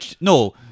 no